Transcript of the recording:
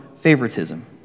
favoritism